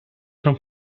from